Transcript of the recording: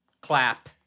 clap